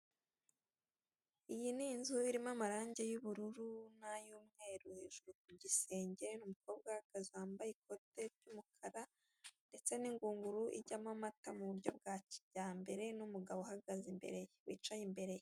Iyi ni inzu, irimo amarange y'ubururu n'ay'umweru hejuru ku gisenge, ni umukobwa uhagaze wambaye ikote ry'umukara, ndetse n'ingunguru ijyamo amata mu buryo bwa kijyambere ndetse n'umugabo uhagaze imbere, wicaye imbere.